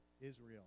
Israel